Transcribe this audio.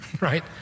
right